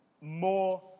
more